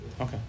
Okay